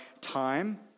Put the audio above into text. time